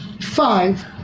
Five